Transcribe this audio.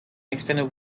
extended